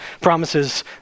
Promises